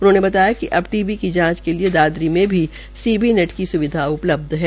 उन्होंने बताया कि टीबी की जांच के लिए दादरी में भी सी बी नेट का स्विधा उपलबध है